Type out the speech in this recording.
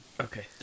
Okay